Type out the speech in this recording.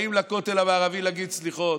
באים לכותל המערבי להגיד סליחות,